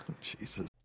Jesus